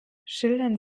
schildern